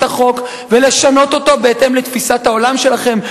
החוק ולשנות אותו בהתאם לתפיסת העולם שלכם,